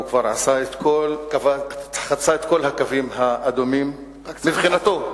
הוא כבר חצה את כל הקווים האדומים מבחינתו.